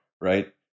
Right